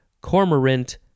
cormorant